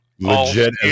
Legit